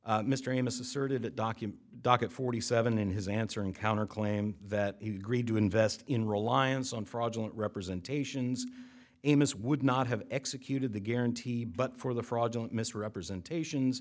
mr amos asserted that document docket forty seven in his answer encountered claim that he agreed to invest in reliance on fraudulent representation amos would not have executed the guarantee but for the fraudulent misrepresentation